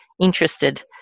interested